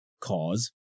Cause